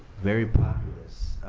very populous.